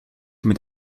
mit